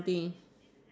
boring